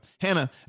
Hannah